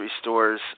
stores